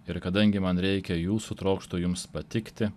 ir kadangi man reikia jūsų trokštu jums patikti